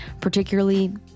Particularly